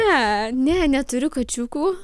ne ne neturiu kačiukų